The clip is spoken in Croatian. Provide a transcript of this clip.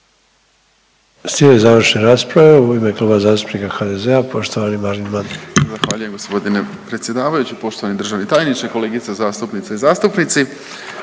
Slijede završne rasprave u ime Kluba zastupnika HDZ-a poštovani Marin Mandarić. **Mandarić, Marin (HDZ)** Zahvaljujem gospodine predsjedavajući, poštovani državni tajniče, kolegice zastupnice i zastupnici.